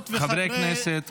-- חברות וחברי --- חברי כנסת,